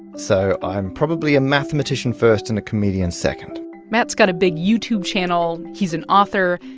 so i'm probably a mathematician first and a comedian second matt's got a big youtube channel. he's an author.